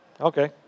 Okay